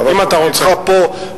תפקידך פה,